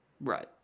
Right